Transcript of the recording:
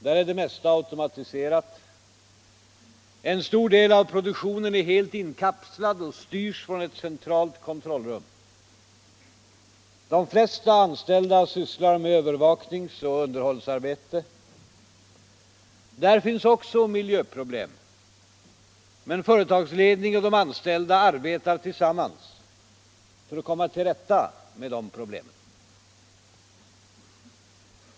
Där är det mesta automatiserat. En stor del av produktionen är helt inkapslad och styrs från ett centralt kontrollrum. De flesta anställda sysslar med övervakningsoch underhållsarbete. Där finns också miljöproblem. Men företagsledning och anställda arbetar tillsammans för att komma till rätta med de problemen.